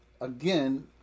again